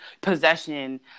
possession